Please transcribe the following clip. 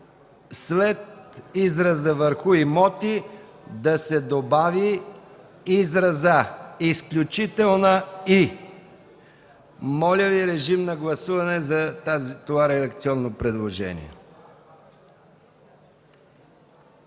след израза „върху имоти”, да се добави изразът „изключителна и”. Моля Ви, режим на гласуване за това редакционно предложение.